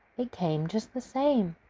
it came just the same!